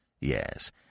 Yes